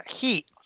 heat